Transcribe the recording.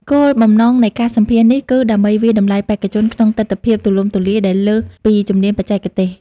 គោលបំណងនៃការសម្ភាសន៍នេះគឺដើម្បីវាយតម្លៃបេក្ខជនក្នុងទិដ្ឋភាពទូលំទូលាយ ដែលលើសពីជំនាញបច្ចេកទេស។